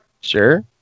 Sure